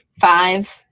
five